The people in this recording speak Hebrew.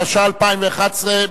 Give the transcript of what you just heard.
התשע"א 2011,